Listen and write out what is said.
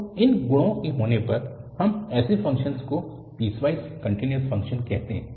तो इन गुणों के होने पर हम ऐसे फ़ंक्शन को पीसवाइस कन्टिन्यूअस फ़ंक्शन कहते हैं